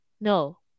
No